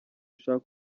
ushake